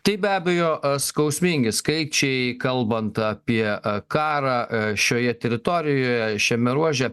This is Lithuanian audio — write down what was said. tai be abejo skausmingi skaičiai kalbant apie karą šioje teritorijoje šiame ruože